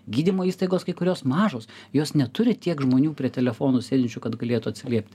gydymo įstaigos kai kurios mažos jos neturi tiek žmonių prie telefonų sėdinčių kad galėtų atsiliepti